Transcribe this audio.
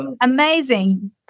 Amazing